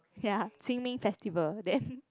ya Qing Ming festival then